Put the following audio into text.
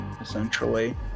Essentially